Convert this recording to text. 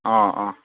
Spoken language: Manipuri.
ꯑꯥ ꯑꯥ